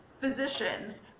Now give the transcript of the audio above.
physicians